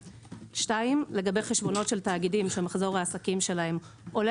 (2) לגבי חשבונות של תאגידים שמחזור העסקים שלהם עולה